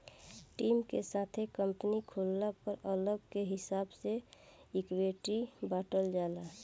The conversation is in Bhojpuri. टीम के साथे कंपनी खोलला पर लागत के हिसाब से इक्विटी बॉटल जाला